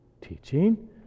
teaching